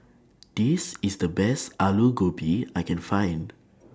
This IS The Best Alu Gobi I Can Find